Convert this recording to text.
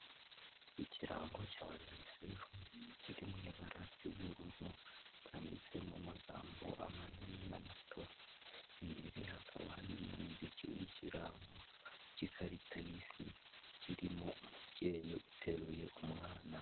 Ikirango cya UNICEF kiri mu ibara ry'ubururu cyanditse mu magambo amanini n'amato, imbere hakaba harimo ikindi kirango cy'ikarita y'isi kirimo umubyeyi uteruye umwana.